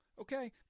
okay